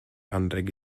anrheg